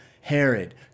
Herod